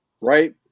Right